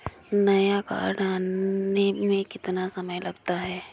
नया कार्ड आने में कितना समय लगता है?